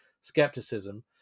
skepticism